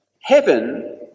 Heaven